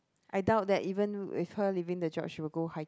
I doubt that even with her leaving the job she'll go hik~